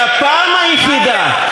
שהפעם היחידה,